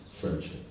friendship